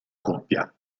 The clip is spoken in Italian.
coppia